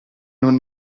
non